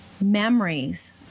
memories